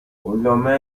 قولنامه